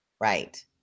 Right